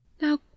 now